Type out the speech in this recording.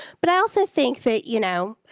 but i also think that, you know,